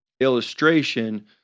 illustration